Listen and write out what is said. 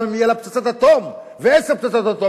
גם אם תהיה לה פצצת אטום או עשר פצצות אטום,